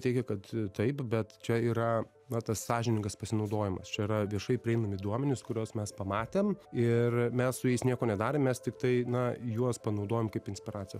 teigia kad taip bet čia yra na tas sąžiningas pasinaudojimas čia yra viešai prieinami duomenys kuriuos mes pamatėm ir mes su jais nieko nedarėm mes tiktai na juos panaudojom kaip inspiraciją